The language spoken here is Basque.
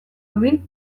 duin